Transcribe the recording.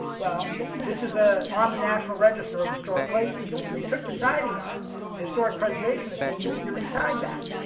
well this is a on the national register of historic places, so when they took the siding off the historic preservationist said you need to re-side that.